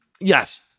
yes